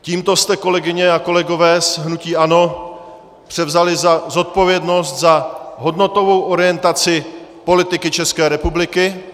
Tímto jste, kolegyně a kolegové z hnutí ANO, převzali zodpovědnost za hodnotovou orientaci politiky České republiky.